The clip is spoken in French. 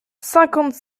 cinquante